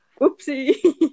oopsie